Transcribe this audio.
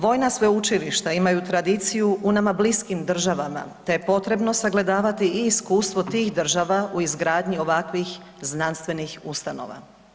Vojna sveučilišta imaju tradiciju u nama bliskim državama te je potrebno sagledavati i iskustvo tih država u izgradnji ovakvih znanstvenih ustanova.